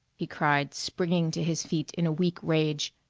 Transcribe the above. he cried, springing to his feet in a weak rage.